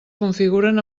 configuren